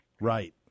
Right